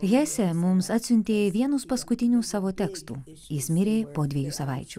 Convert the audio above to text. hesė mums atsiuntė vienus paskutinių savo tekstų jis mirė po dviejų savaičių